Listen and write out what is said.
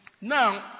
Now